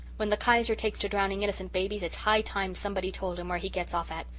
when the kaiser takes to drowning innocent babies it's high time somebody told him where he gets off at.